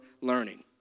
learning